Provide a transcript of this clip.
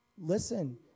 listen